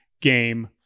game